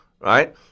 right